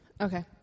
Okay